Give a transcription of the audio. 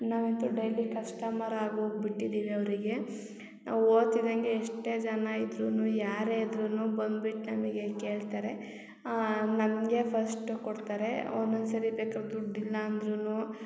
ನಾವ್ ಎಂತು daily customer ಆಗ್ ಹೋಗ್ಬಿಟ್ಟಿದ್ದೀವಿ ಅವ್ರಿಗೆ ನಾವ್ ಓತಿದಂಗೆ ಎಷ್ಟೇ ಜನ ಇದ್ರುನು ಯಾರೆ ಇದ್ರುನು ಬಂದ್ಬಿಟ್ ನಮಿಗೆ ಕೇಳ್ತಾರೆ ನಮ್ಗೆ ಫಸ್ಟು ಕೊಡ್ತಾರೆ ಒನ್ನೊಂದ್ ಸರಿ ಬೇಕಾರ್ ದುಡ್ ಇಲ್ಲ ಅಂದ್ರುನು